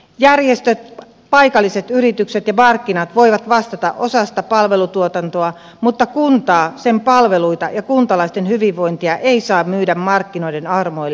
järjestöt paikalliset yritykset ja markkinat voivat vastata osasta palvelutuotantoa mutta kuntaa sen palveluita ja kuntalaisten hyvinvointia ei saa myydä markkinoiden armoille